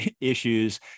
issues